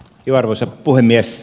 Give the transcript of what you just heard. arvoisa puhemies